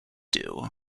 due